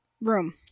room